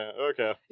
Okay